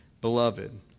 beloved